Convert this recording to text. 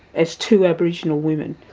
as two aboriginal women,